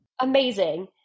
Amazing